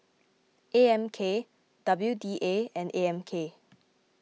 A M K W D A and A M K